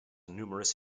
numerous